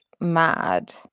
mad